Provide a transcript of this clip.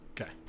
Okay